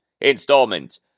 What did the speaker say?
installment